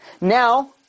now